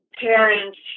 parents